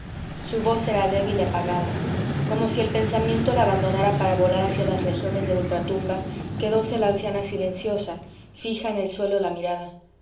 su voz era débil y apagada como si el pensamiento la abandonara para volar hacia las regiones de ultra tumba quedóse la anciana silenciosa fija en el suelo la mirada